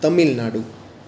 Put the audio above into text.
Tamil Nadu